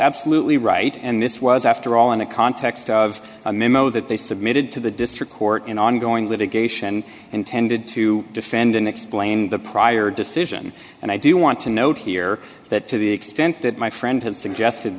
absolutely right and this was after all in the context of a memo that they submitted to the district court in ongoing litigation intended to defend and explain the prior decision and i do want to note here that to the extent that my friend had suggested